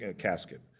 ah casket.